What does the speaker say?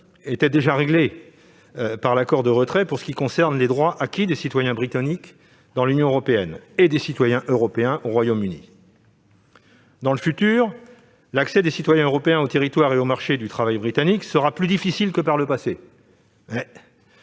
était déjà réglée par l'accord de retrait en ce qui concerne les droits acquis des citoyens britanniques dans l'Union européenne et ceux des citoyens européens au Royaume-Uni. Dans le futur, l'accès des citoyens européens au territoire et au marché du travail britanniques sera plus difficile que par le passé-